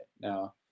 Now